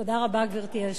תודה רבה, גברתי היושבת-ראש.